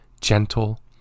gentle